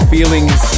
Feelings